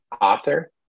author